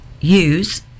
use